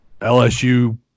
LSU